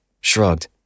shrugged